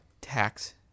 tax